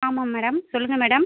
ஆமாம் மேடம் சொல்லுங்கள் மேடம்